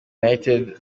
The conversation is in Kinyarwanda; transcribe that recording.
united